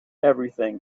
everything